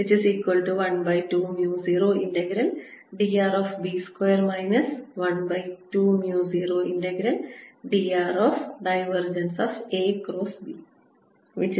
AB120drB2 120dr